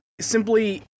simply